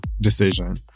decision